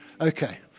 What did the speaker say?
Okay